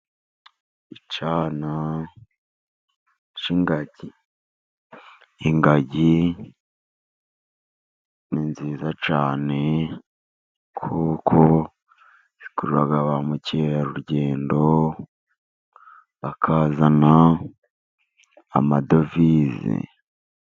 Icyana cy'ingagi, ingagi ni nziza cyane kuko zikurura ba mukerarugendo bakazana amadovize.